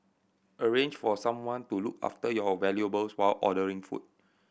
arrange for someone to look after your valuables while ordering food